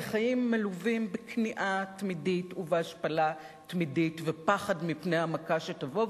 זה חיים מלווים בכניעה תמידית ובהשפלה תמידית ופחד מפני המכה שתבוא,